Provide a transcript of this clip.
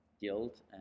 guilt